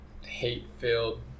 hate-filled